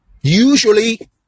Usually